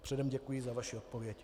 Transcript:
Předem děkuji za vaši odpověď.